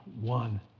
one